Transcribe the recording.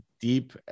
deep